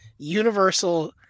universal